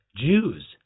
Jews